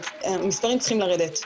המספרים צריכים לרדת.